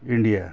India